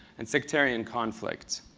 and sectarian conflict.